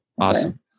Awesome